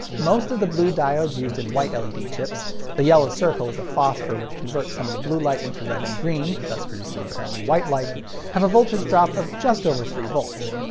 most of the blue diodes used in white led chips the yellow circle is a phosphor which converts some of the blue light into red and green, thus producing apparently white light have a voltage drop of just over three volts.